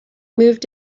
moved